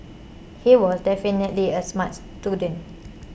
he was definitely a smart student